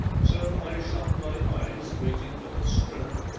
so i shut my eyes waiting for the stroke,